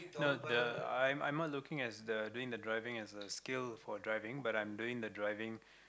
no the I'm I'm not looking as the doing the driving as a skill for driving but I'm doing the driving